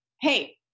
Hey